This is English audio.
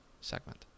segment